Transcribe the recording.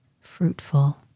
fruitful